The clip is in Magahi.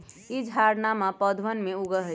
ई झाड़नमा पौधवन में उगा हई